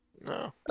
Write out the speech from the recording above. no